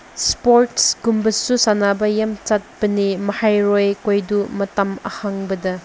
ꯏꯁꯄꯣꯔꯁꯀꯨꯝꯕꯁꯨ ꯁꯥꯟꯅꯕ ꯌꯥꯝ ꯆꯠꯄꯅꯦ ꯃꯍꯩꯔꯣꯏꯈꯣꯏꯗꯨ ꯃꯇꯝ ꯑꯍꯥꯡꯕꯗ